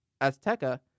Azteca